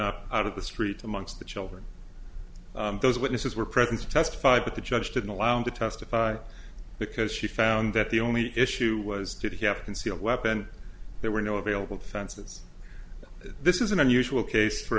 up out of the street amongst the children those witnesses were present to testify but the judge didn't allow him to testify because she found that the only issue was did he have a concealed weapon there were no available fences this is an unusual case for